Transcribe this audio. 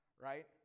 right